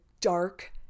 dark